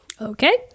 Okay